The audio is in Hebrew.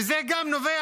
וזה גם נובע,